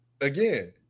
again